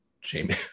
Jamie